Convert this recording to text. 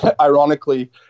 ironically